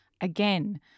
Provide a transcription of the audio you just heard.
again